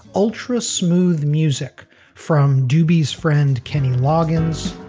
ultra smooth music from doobies friend kenny loggins.